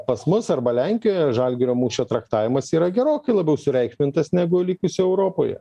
pas mus arba lenkijoje žalgirio mūšio traktavimas yra gerokai labiau sureikšmintas negu likusio europoje